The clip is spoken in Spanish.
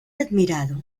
admirado